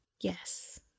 Yes